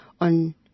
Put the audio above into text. on